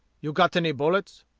you got any bullets?